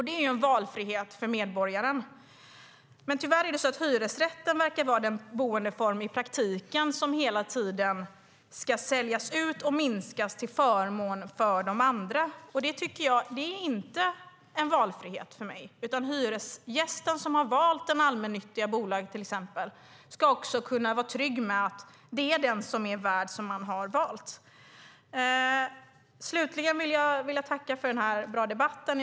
Det är en valfrihet för medborgaren. Men tyvärr verkar hyresrätten vara den boendeform som i praktiken hela tiden ska säljas ut och minskas till förmån för de andra boendeformerna. Det är inte valfrihet för mig. Hyresgästen som har valt till exempel det allmännyttiga bolaget ska också vara trygg med valet av hyresvärd. Jag vill tacka för en bra debatt.